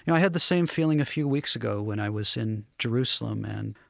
and i had the same feeling a few weeks ago when i was in jerusalem and,